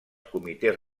comitès